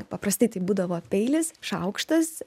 paprastai tai būdavo peilis šaukštas